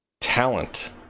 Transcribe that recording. talent